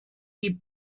die